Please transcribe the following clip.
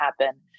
happen